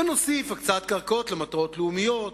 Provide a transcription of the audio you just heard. ונוסיף הקצאת קרקעות למטרות לאומיות,